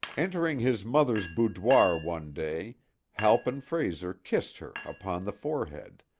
entering his mother's boudoir one day halpin frayser kissed her upon the forehead,